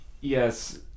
yes